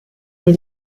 nel